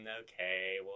Okay